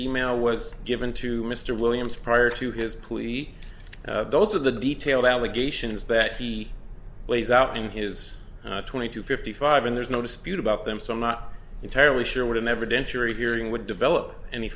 e mail was given to mr williams prior to his plea those are the detailed allegations that he lays out in his twenty two fifty five and there's no dispute about them so i'm not entirely sure what an evidentiary hearing would develop any